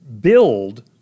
build